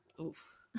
Oof